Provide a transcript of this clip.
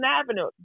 Avenue